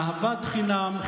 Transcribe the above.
אהבת חינם,